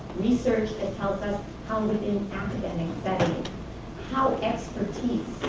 research that tells us how within academic settings how expertise